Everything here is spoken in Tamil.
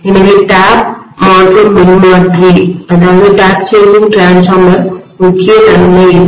எனவே டேப் மாற்றும் மின்மாற்றிடிரான்ஸ்ஃபார்மரின் முக்கிய நன்மை இது